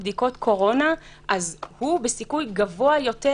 גם אם יש לו מקום לבידוד והוא יכול להוכיח שהוא יכול להיות מבודד בבית,